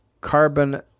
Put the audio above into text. carbon